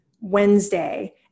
Wednesday